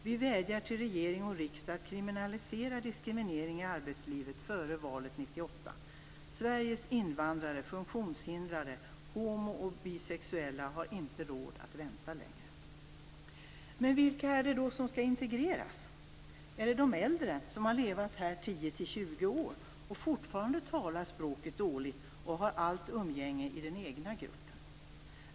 Vi vädjar till regering och riksdag: Kriminalisera diskriminering i arbetslivet före valet 1998! Sveriges invandrare, funktionshindrade, homo och bisexuella har inte råd att vänta längre. Men vilka är det då som skall integreras? Är det de äldre som har levat här 10-20 år, som fortfarande talar språket dåligt och som har allt umgänge i den egna gruppen?